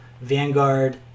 Vanguard